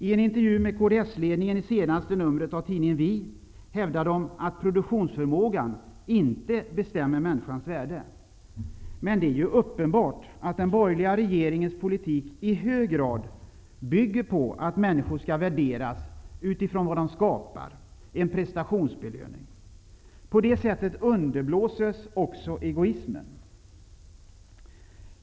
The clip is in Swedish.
I en intervju med kds-ledningen i senaste numret av tidningen Vi hävdar den att produktionsförmågan inte bestämmer människans värde. Men det är uppenbart att den borgerliga regeringens politik i hög grad bygger på att människor skall värderas utifrån vad de skapar, en prestationsbelöning. På det sättet underblåses också egoismen.